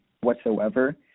whatsoever